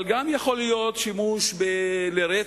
אבל יכול להיות גם שימוש לרצח,